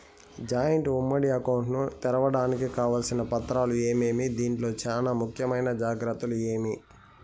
Joint ఉమ్మడి account ను తెరవడానికి కావాల్సిన పత్రాలు ఏమేమి? దీంట్లో చానా ముఖ్యమైన జాగ్రత్తలు ఏమి?